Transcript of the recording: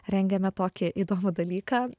rengėme tokį įdomų dalyką